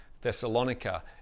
Thessalonica